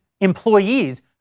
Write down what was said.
employees